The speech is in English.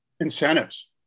incentives